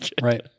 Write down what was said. Right